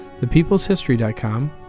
ThePeoplesHistory.com